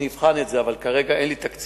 אני אבחן את זה, אבל כרגע אין לי תקציב.